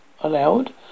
allowed